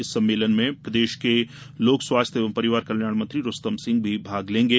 इस सम्मेलन में प्रदेश लोक स्वास्थ्य एवं परिवार कल्याण मंत्री रुस्तम सिंह भी भाग लेंगे